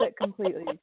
completely